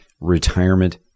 retirement